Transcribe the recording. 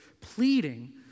pleading